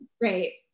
Great